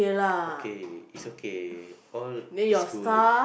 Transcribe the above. okay it's okay all is good